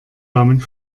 damit